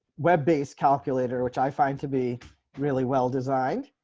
web based calculator, which i find to be really well designed